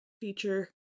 feature